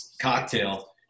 cocktail